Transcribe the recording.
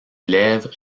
lèvres